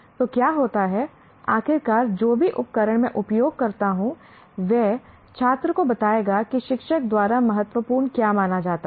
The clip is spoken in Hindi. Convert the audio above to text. तो क्या होता है आखिरकार जो भी उपकरण मैं उपयोग करता हूं वह छात्र को बताएगा कि शिक्षक द्वारा महत्वपूर्ण क्या माना जाता है